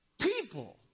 people